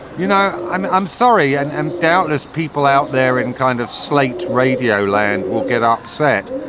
you know, i'm i'm sorry. and and doubtless people out there in kind of slight radio land will get upset.